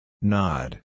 Nod